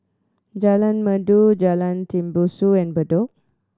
Jalan Merdu Jalan Tembusu and Bedok